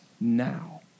now